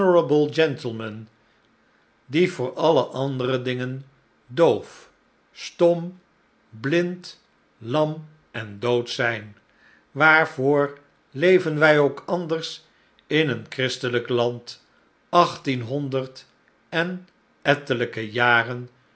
die voor alle andere dingen doof stom blind lam en dood zijn waarvoor leven wij ook anders in een ohristelijk land achttienhonderd en ettelijke jaren